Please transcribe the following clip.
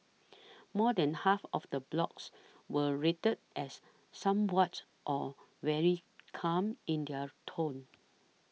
more than half of the blogs were rated as somewhat or very calm in their tone